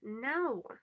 no